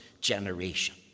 generation